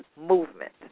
Movement